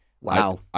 Wow